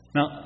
Now